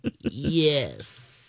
Yes